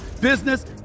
business